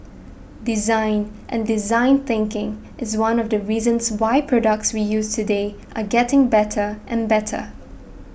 design and design thinking is one of the reasons why products we use today are getting better and better